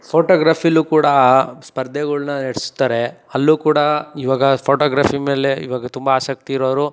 ಫೋಟೋಗ್ರಫಿಲ್ಲೂ ಕೂಡ ಸ್ಪರ್ಧೆಗಳ್ನ ನಡೆಸ್ತಾರೆ ಅಲ್ಲೂ ಕೂಡ ಇವಾಗ ಫೋಟೋಗ್ರಫಿ ಮೇಲೆ ಇವಾಗ ತುಂಬ ಆಸಕ್ತಿ ಇರೋರು